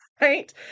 right